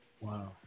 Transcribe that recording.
Wow